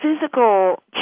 physical